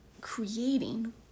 creating